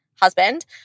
husband